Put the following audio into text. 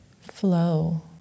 flow